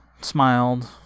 smiled